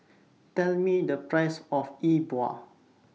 Tell Me The Price of E Bua